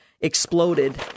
exploded